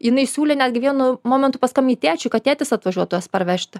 jinai siūlė netgi vienu momentu paskambinti tėčiui kad tėtis atvažiuotų jas parvežti